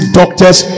doctors